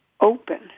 open